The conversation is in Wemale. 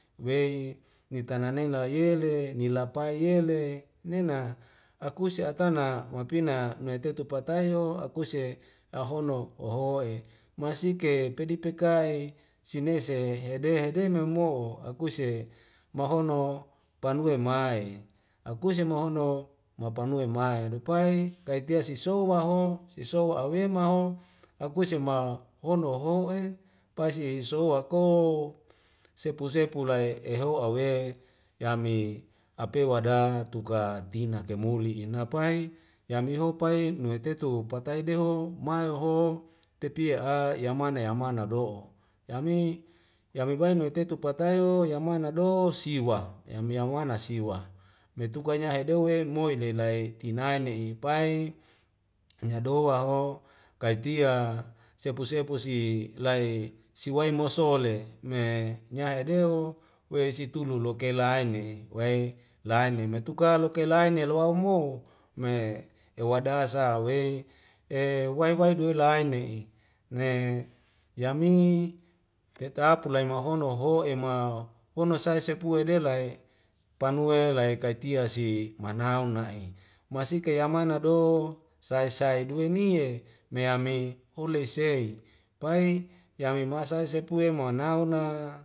Wei ni tanane la yele ni lapai yele nena akuse atana mapina nuetetu patayo akuse ahono hoho'e masike pedipekae sinese hede hede memo'o akuse mahono ho panue mae akuse mahono mapanua e mae lepai kaitia sisowa ho sisowa awema ho akuse ma hono waho'e pai isisiwa ko ooo sepu sepu lai eho'awe yami apewada tuka tina kamulia napai yamiho pai nuwe tetu patai deho maeho tepie a yamane yamana do'o yami yami bae nawei tetu patai ho yang mana do siwa yame yawana siwa metukanya hedeu he moi ni lai tinae ne'i pae nyadowa ho kaitia sepu sepu si lae siwae mosole me nyahedeuo we situlu loka laene wei laene me tuka loke laene lowaomo me ewadasa wei e waii wai duwe laene'i ne yami tetapu laimahono ho'ema hono sai sepue delae'e panue lai kaitia si manaun na i masiki yamana do sai sai dueni e me ami ule sei pai yami masa seipue manauna